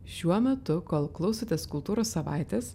šiuo metu kol klausotės kultūros savaitės